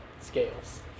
scales